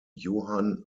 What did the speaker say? johann